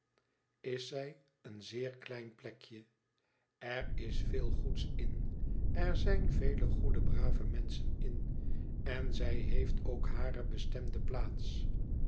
is zij een zeer klein plekje er is veel goeds in er zijn vele goede brave menschen in en zij heeft ook hare bestemde plaats